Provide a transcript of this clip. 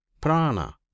prana